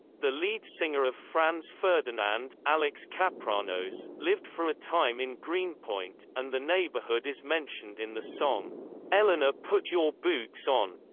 the lead singer of franz ferdinand, alex kapranos, lived for a time in greenpoint, and the neighborhood is mentioned in the song eleanor put your boots on.